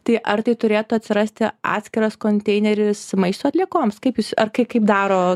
tai ar tai turėtų atsirasti atskiras konteineris maisto atliekoms kaip jūs ar kaip daro